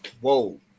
whoa